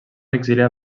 exiliar